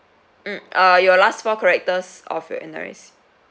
mm uh your last four characters of your N_R_I_C